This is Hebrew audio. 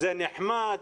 זה נחמד,